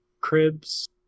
Cribs